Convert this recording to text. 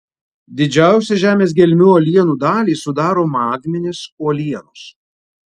didžiausią žemės gelmių uolienų dalį sudaro magminės uolienos